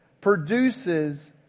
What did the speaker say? Produces